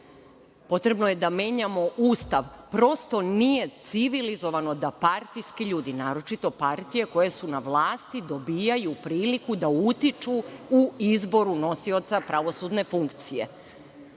potrebno je da menjamo Ustav. Prosto, nije civilizovano, da partijski ljudi, naročito partije koje su na vlasti, dobijaju priliku da utiču u izboru nosioca pravosudne funkcije.